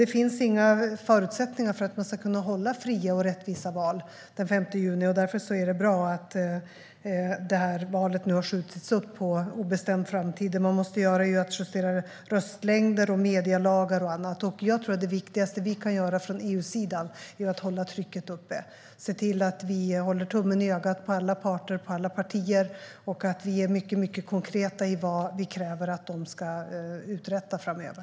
Det finns inga förutsättningar för att kunna hålla fria och rättvisa val den 5 juni. Därför är det bra att valet har skjutits upp på obestämd framtid. Vad man måste göra är att justera röstlängder, medielagar och annat. Jag tror att det viktigaste vi kan göra från EU:s sida är att hålla trycket uppe, se till att vi håller tummen i ögat på alla parter och alla partier och är mycket konkreta med vad vi kräver att de ska uträtta framöver.